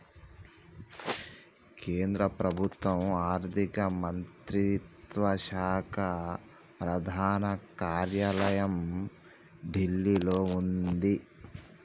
కేంద్ర ప్రభుత్వం ఆర్ధిక మంత్రిత్వ శాఖ ప్రధాన కార్యాలయం ఢిల్లీలో వుంది